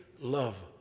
love